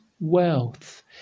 wealth